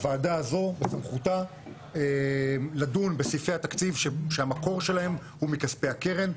הוועדה הזו בסמכותה לדון בסעיפי התקציב שהמקור שלהם הוא מכספי הקרן.